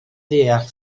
deall